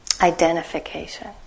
identification